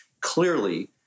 Clearly